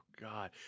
God